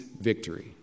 victory